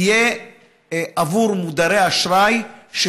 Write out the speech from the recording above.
עבור מודרי אשראי,